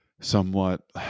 somewhat